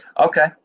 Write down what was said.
Okay